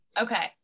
okay